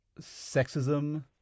sexism